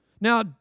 Now